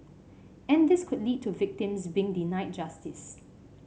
and this could lead to victims being denied justice